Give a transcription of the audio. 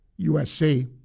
USC